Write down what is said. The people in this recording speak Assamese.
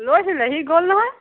লৈছিল সি গ'ল নহয়